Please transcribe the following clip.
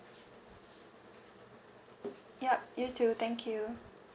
yup you too thank you